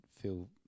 feel